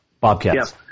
Bobcats